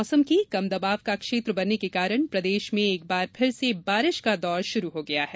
मौसम कम दवाब का क्षेत्र बनने के कारण प्रदेश भर में एक बार फिर से बारिश का दौर शुरू हो गया है